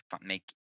make